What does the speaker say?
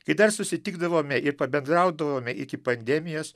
kai dar susitikdavome ir pabendraudavome iki pandemijos